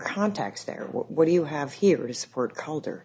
contacts there what do you have here to support coulter